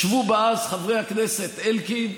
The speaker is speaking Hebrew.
ישבו בה אז חבר הכנסת אלקין,